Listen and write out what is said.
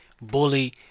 bully